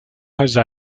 jose